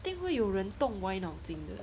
一定会有人动歪脑筋的